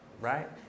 right